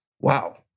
Wow